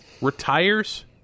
retires